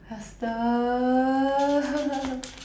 faster